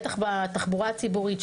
בטח בתחבורה הציבורית,